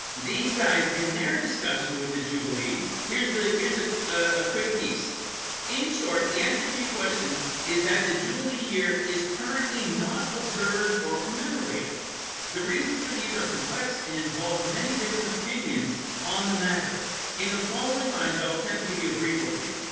these guys in their discussion with the jubilee. here's the here's a a quick piece in short the answer to your question is that the jubilee year is currently not observed or commemorated the reasons for these are complex and involve many different opinions on the matter in the following lines. i will attempt to give you a brief overview